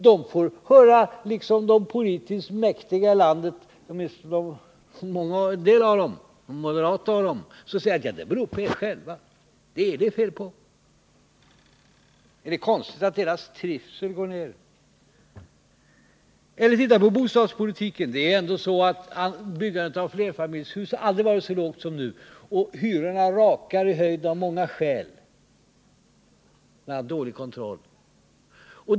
De får höra de politiskt mäktiga — åtminstone de moderata — säga: ”Det beror på er själva. Det är er det är fel på.” Är det konstigt att deras trivsel minskar? Eller titta på bostadspolitiken! Byggandet av flerfamiljshus har aldrig varit så lågt som nu. Hyrorna rakar i höjden av många skäl, bl.a. dålig kontroll.